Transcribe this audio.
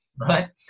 right